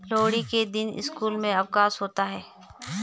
लोहड़ी के दिन स्कूल में अवकाश होता है